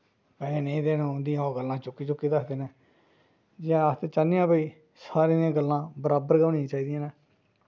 पैहे नेईं देन उं'दियां ओह् गल्लां चुक्की चुक्की दसदे न जां अस ते चाह्न्ने आं भाई सारें दियां गल्लां बराबर गै होनियां चाहिदियां न